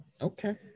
Okay